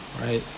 right